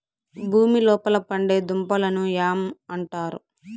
భూమి లోపల పండే దుంపలను యామ్ అంటారు